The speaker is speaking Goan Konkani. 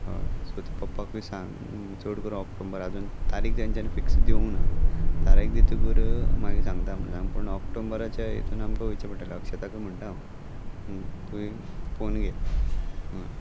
हय सो ते पप्पाकूय सांग चड करून ऑक्टोबर आजून तारीक तेांच्यानी फिक्स दिवंक ना तारीक दित कर मागी सांगता म्हण सांग पूण ऑक्टोबराच्या हतून आमकां वयचें पडटलें अक्षताकूय म्हणटा हांव तुवें पोवन घे हय